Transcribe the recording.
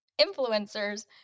influencers